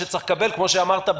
כפי שאמרת,